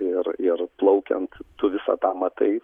ir ir plaukiant tu visą tą matai